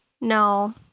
No